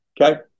okay